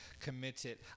committed